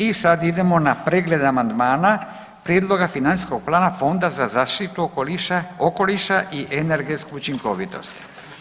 I sad idemo na pregled amandmana Prijedloga financijskog plana Fonda za zaštitu okoliša i energetsku učinkovitost.